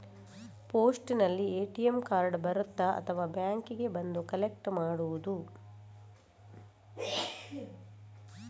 ಪೋಸ್ಟಿನಲ್ಲಿ ATM card ಬರುತ್ತಾ ಅಥವಾ ಬ್ಯಾಂಕಿಗೆ ಬಂದು ಕಲೆಕ್ಟ್ ಮಾಡುವುದು?